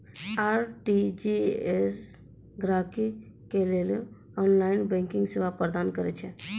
RTGS गहकि के लेली ऑनलाइन बैंकिंग सेवा प्रदान करै छै